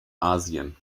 asien